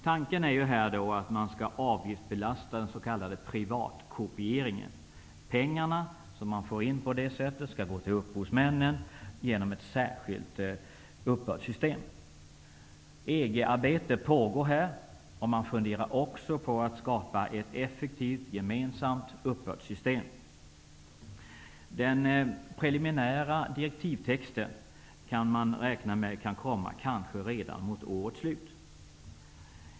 Tanken är att man skall avgiftsbelasta den s.k. privatkopieringen. De pengar som man på detta sätt får in skall gå till upphovsmannen genom ett särskilt uppbördssystem. EG-arbete pågår här. Man funderar också på att skapa ett effektivt, gemensamt uppbördssystem. Den preliminära direktivtexten kan komma kanske redan mot årets slut.